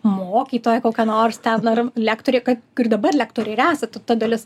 mokytoja kokia nors ten ar lektorė kuri dabar lektorė ir esat ta dalis